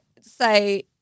say